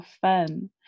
fun